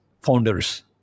founders